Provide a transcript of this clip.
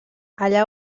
allà